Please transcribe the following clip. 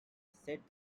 said